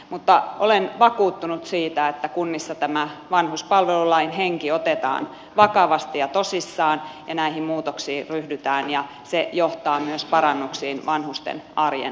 mutta olen vakuuttunut siitä että kunnissa tämä vanhuspalvelulain henki otetaan vakavasti ja tosissaan ja näihin muutoksiin ryhdytään ja se johtaa myös parannuksiin vanhusten arjen